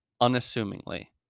unassumingly